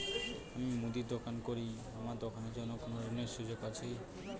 আমি মুদির দোকান করি আমার দোকানের জন্য কোন ঋণের সুযোগ আছে কি?